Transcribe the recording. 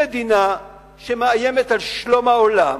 מדינה שמאיימת על שלום העולם,